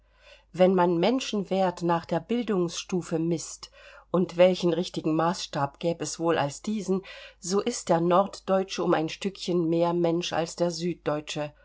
wenn man menschenwert nach der bildungsstufe mißt und welchen richtigeren maßstab gäb es wohl als diesen so ist der norddeutsche um ein stückchen mehr mensch als der süddeutsche